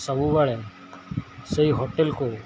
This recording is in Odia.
ସବୁବେଳେ ସେଇ ହୋଟେଲ୍କୁ